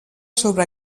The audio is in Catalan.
sobre